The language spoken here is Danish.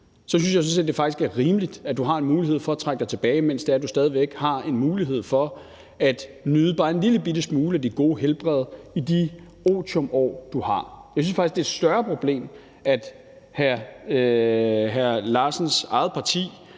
Så synes jeg sådan set faktisk, det er rimeligt, at du har en mulighed for at trække dig tilbage, mens du stadig væk har en mulighed for at nyde bare en lillebitte smule af dit gode helbred i det otium, du har. Jeg synes faktisk, det er et større problem, at hr. Per Larsens eget parti,